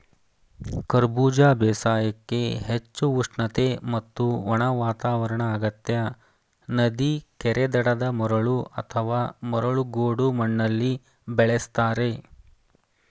ಕರಬೂಜ ಬೇಸಾಯಕ್ಕೆ ಹೆಚ್ಚು ಉಷ್ಣತೆ ಮತ್ತು ಒಣ ವಾತಾವರಣ ಅಗತ್ಯ ನದಿ ಕೆರೆ ದಡದ ಮರಳು ಅಥವಾ ಮರಳು ಗೋಡು ಮಣ್ಣಲ್ಲಿ ಬೆಳೆಸ್ತಾರೆ